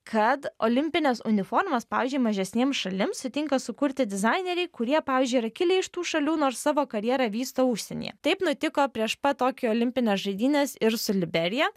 kad olimpines uniformas pavyzdžiui mažesnėms šalims sutinka sukurti dizaineriai kurie pavyzdžiui yra kilę iš tų šalių nors savo karjerą vysto užsienyje taip nutiko prieš pat tokijo olimpines žaidynes ir su liberija